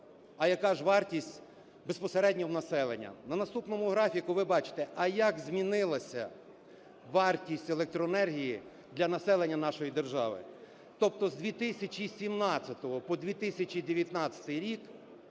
А яка ж вартість безпосередньо у населення? На наступному графіку ви бачите, а як змінилася вартість електроенергії для населення нашої держави. Тобто з 2017-го по 2019 роки